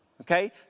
Okay